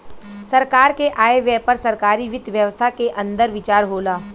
सरकार के आय व्यय पर सरकारी वित्त व्यवस्था के अंदर विचार होला